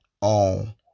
on